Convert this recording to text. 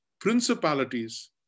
principalities